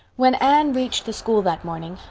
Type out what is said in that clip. when anne reached the school that morning.